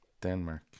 Denmark